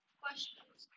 questions